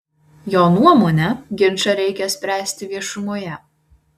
jo nuomone ginčą reikia spręsti viešumoje